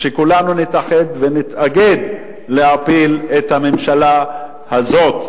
שכולנו נתאחד ונתאגד להפיל את הממשלה הזאת,